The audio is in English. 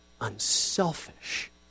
unselfish